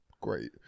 great